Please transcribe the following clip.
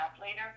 later